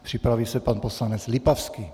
Připraví se pan poslanec Lipavský.